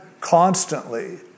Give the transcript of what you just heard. constantly